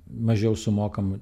mažiau sumokam